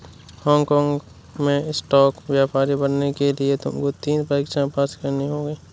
Hong काँग में stock व्यापारी बनने के लिए तुमको तीन परीक्षाएं पास करनी होंगी